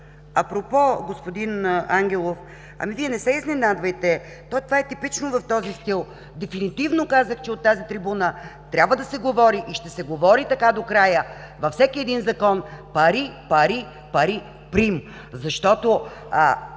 Апропо, господин Ангелов, Вие не се изненадвайте. То това е типично в този стил. Дефинитивно казах, че от тази трибуна трябва да се говори и ще се говори така до края – във всеки един закон: пари-пари-пари прим! Защото,